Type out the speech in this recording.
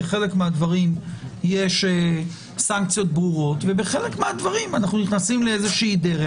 בחלק מן הדברים יש סנקציות ברורות ובחלק מן הדברים אנחנו נכנסים לדרך.